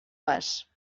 pas